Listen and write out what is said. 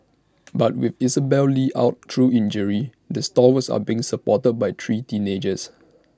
but with Isabelle li out through injury the stalwarts are being supported by three teenagers